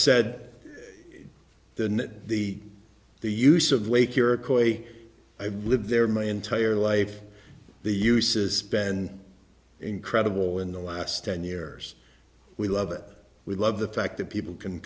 said then the the use of wake your call a i've lived there my entire life the uses been incredible in the last ten years we love it we love the fact that people can